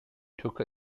took